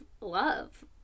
love